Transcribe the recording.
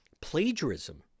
Plagiarism